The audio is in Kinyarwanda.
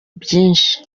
byinshi